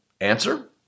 Answer